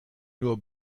nur